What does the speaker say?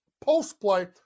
post-play